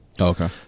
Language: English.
okay